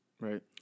right